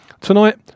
tonight